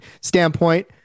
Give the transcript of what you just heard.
standpoint